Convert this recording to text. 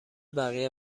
بقیه